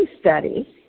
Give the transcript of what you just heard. study